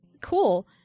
cool